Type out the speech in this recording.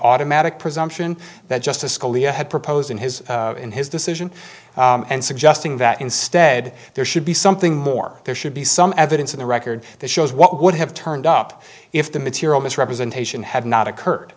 automatic presumption that justice scalia had proposed in his in his decision and suggesting that instead there should be something more there should be some evidence in the record that shows what would have turned up if the material misrepresentation had not occurred